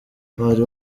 bari